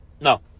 No